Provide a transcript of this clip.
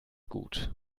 gut